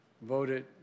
voted